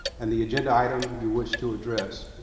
and the agenda item you wish to address.